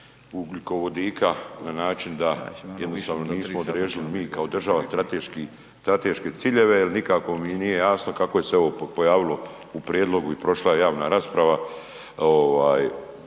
ugljikovodika na način da jednostavno nismo … mi kao država strateške ciljeve jer nikako mi nije jasno kako je se ovo pojavilo u prijedlogu i prošla je javna rasprava